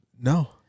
No